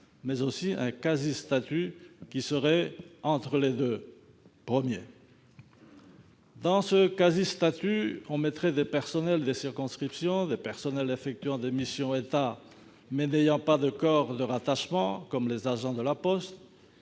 mais aussi un quasi-statut qui se situerait entre les deux. Dans cette dernière catégorie entreraient des personnels des circonscriptions, des personnels effectuant des missions d'État, mais n'ayant pas de corps de rattachement, comme les agents de La Poste